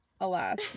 alas